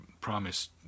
promise